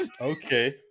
okay